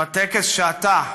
בטקס שאתה,